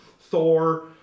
Thor